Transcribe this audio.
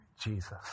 Jesus